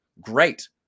Great